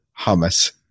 hummus